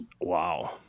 Wow